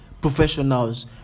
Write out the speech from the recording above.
professionals